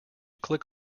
click